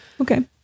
Okay